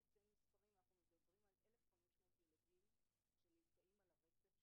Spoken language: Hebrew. לקבל את הדוח הראשון שמוגש לוועדה לפי החוק של